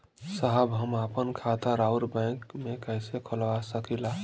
साहब हम आपन खाता राउर बैंक में कैसे खोलवा सकीला?